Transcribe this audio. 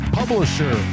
publisher